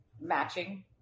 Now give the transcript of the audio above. matching